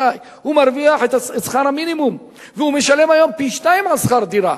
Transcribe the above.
הוא מרוויח שכר מינימום והוא משלם היום פי-שניים שכר דירה.